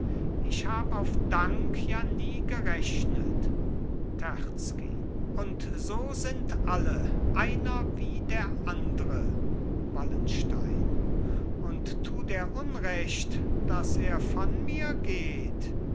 ich hab auf dank ja nie gerechnet terzky und so sind alle einer wie der andre wallenstein und tut er unrecht daß er von mir geht